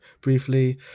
briefly